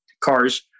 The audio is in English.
cars